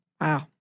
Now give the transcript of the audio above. Wow